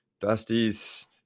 Dusty's